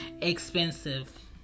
expensive